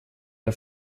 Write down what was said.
der